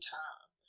time